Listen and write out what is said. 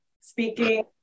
speaking